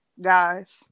guys